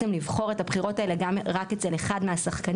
לבחור את הבחירות האלה גם רק אצל אחד מהשחקנים,